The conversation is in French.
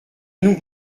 nous